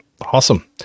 Awesome